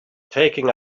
taking